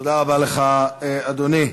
תודה רבה לך, אדוני.